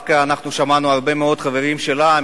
אנחנו דווקא שמענו הרבה מאוד חברים שלה,